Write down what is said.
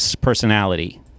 personality